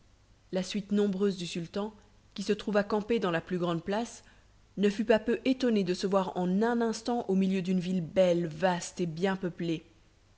la suite nombreuse du sultan qui se trouva campée dans la plus grande place ne fut pas peu étonnée de se voir en un instant au milieu d'une ville belle vaste et bien peuplée